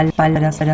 palabras